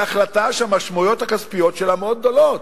זו החלטה שהמשמעויות הכספיות שלה מאוד גדולות,